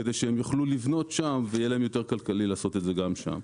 כדי שהם יוכלו לבנות שם ויהיה להם יותר כלכלי לעשות את זה גם שם.